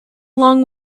long